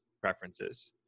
preferences